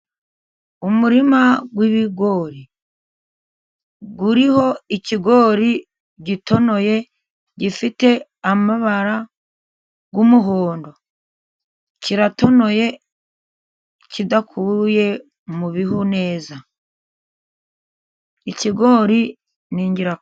Umurima w'ibigori, uriho ikigori gitonoye, gifite amabara y'umuhondo, kiratonoye kidakuye mu bihu neza, ikigori ni ingirakamaro.